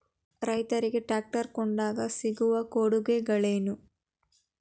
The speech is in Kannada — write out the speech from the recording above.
ರೈತರಿಗೆ ಟ್ರಾಕ್ಟರ್ ಕೊಂಡಾಗ ಸಿಗುವ ಕೊಡುಗೆಗಳೇನು?